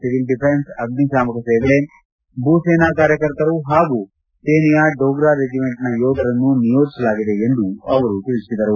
civil defence ಅಗ್ನಿಶಾಮಕ ಸೇವೆ ಭೂಸೇನಾ ಕಾರ್ಯಕರ್ತರು ಹಾಗೂ ಸೇನೆಯ ಡೋಗ್ರಾ ರೆಜಿಮೆಂಟನ ಯೋಧರನ್ನು ನಿಯೋಜಿಸಲಾಗಿದೆ ಎಂದು ಅವರು ತಿಳಿಸಿದರು